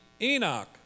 Enoch